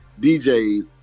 DJs